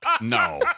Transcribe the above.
No